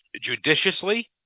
judiciously